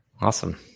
awesome